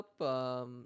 up